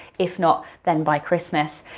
if not then by christmas.